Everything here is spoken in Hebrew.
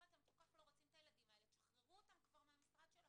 אם אתם כל כך לא ורצים את הילדים האלה תשחררו אותם כבר מהמשרד שלכם,